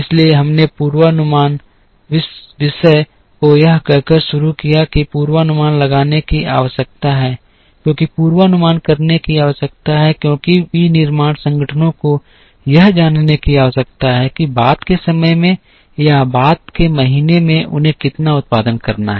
इसलिए हमने पूर्वानुमान विषय को यह कहकर शुरू किया कि पूर्वानुमान लगाने की आवश्यकता है क्योंकि पूर्वानुमान करने की आवश्यकता है क्योंकि विनिर्माण संगठनों को यह जानने की आवश्यकता है कि बाद के समय में या बाद के महीनों में उन्हें कितना उत्पादन करना है